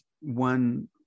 one